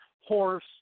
horse